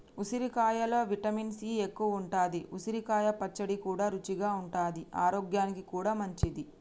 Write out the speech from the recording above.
ఉసిరికాయలో vitamin C ఎక్కువుంటది, ఉసిరికాయ పచ్చడి కూడా రుచిగా ఉంటది ఆరోగ్యానికి కూడా మంచిది